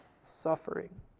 suffering